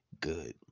good